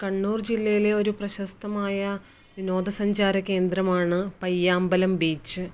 കണ്ണൂര് ജില്ലയിലെ ഒരു പ്രശസ്ഥമായ വിനോദ സഞ്ചാര കേന്ദ്രമാണ് പയ്യാമ്പലം ബീച്ച്